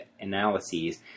analyses